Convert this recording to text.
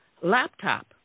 laptop